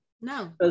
No